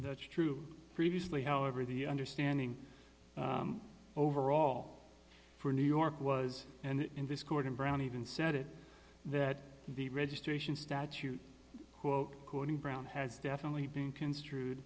that's true previously however the understanding overall for new york was and in this court in brown even said it that the registration statute quote according brown has definitely been construed